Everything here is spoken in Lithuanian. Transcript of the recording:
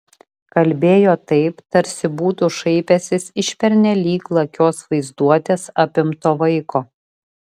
kalbėjo taip tarsi būtų šaipęsis iš pernelyg lakios vaizduotės apimto vaiko